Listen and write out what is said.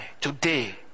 today